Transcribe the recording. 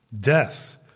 death